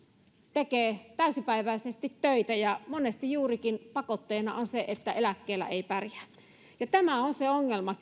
tekee täysipäiväisesti töitä monesti juurikin pakotteena on se että eläkkeellä ei pärjää ja tämä on kyllä se ongelma